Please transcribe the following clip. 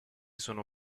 sono